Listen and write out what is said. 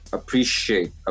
appreciate